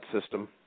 system